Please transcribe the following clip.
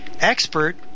expert